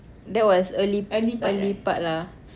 that was early early part lah